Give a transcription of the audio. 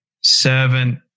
servant